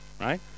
right